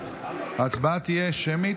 ההצבעה תהיה שמית.